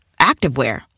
activewear